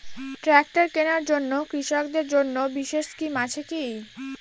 Tractor কেনার জন্য কৃষকদের জন্য বিশেষ স্কিম আছে কি?